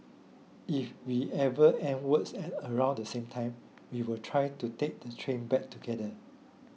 if we ever end work at around the same time we will try to take the train back together